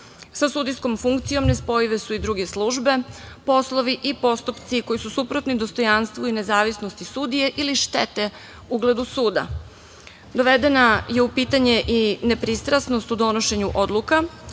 Sa sudijskom funkcijom nespojive su i druge službe, poslovi i postupci koji su suprotni dostojanstvu i nezavisnosti sudije ili štete ugledu suda. Dovedena je u pitanje i nepristrasnost u donošenju odluka,